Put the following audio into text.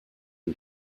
and